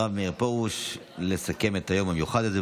הרב מאיר פרוש, לסכם את היום המיוחד הזה.